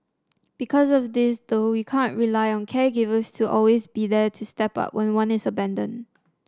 because of this though we can't rely on caregivers to always be there to step up when one is abandoned